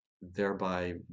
thereby